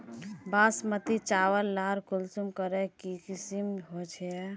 बासमती चावल लार कुंसम करे किसम होचए?